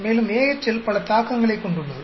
மேலும் AHL பல தாக்கங்களைக் கொண்டுள்ளது